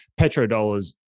petrodollars